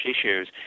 issues